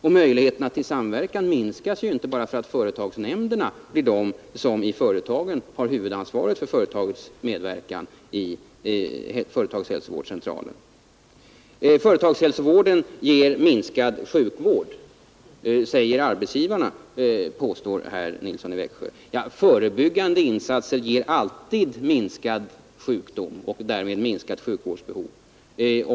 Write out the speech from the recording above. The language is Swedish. Och möjligheterna till samverkan minskar ju inte bara för att företagsnämnderna får huvudansvaret för företagens medverkan i företagshälsovårdscentraler. Arbetsgivarna säger att företagshälsovården ger minskad sjukvård, påstår herr Nilsson i Växjö. Förebyggande insatser ger alltid minskad sjukdom och därmed minskade sjukvårdsbehov.